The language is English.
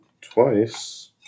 twice